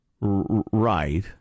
Right